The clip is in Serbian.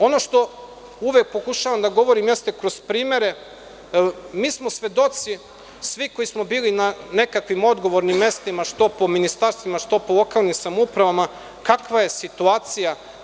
Ono što uvek pokušavam da govorim jeste kroz primere, jer mi smo svedoci svi koji smo bili na nekakvim odgovornim mestima što po ministarstvima, što po lokalnim samoupravama kakva je situacija.